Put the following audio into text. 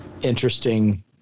interesting